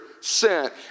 sent